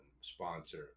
sponsor